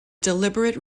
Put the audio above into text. deliberate